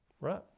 right